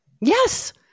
Yes